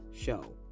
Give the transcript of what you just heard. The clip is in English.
show